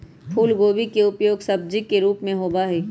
फूलगोभी के उपयोग सब्जी के रूप में होबा हई